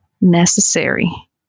necessary